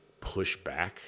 pushback